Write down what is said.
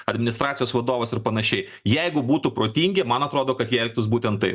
administracijos vadovas ir panašiai jeigu būtų protingi man atrodo kad jie elgtųs būtent taip